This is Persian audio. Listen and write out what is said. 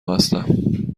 هستم